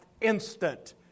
instant